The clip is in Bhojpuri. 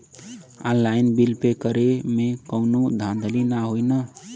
ऑनलाइन बिल पे करे में कौनो धांधली ना होई ना?